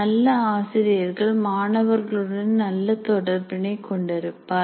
நல்ல ஆசிரியர்கள் மாணவர்களுடன் நல்ல தொடர்பினை கொண்டிருப்பார்